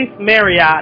Marriott